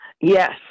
Yes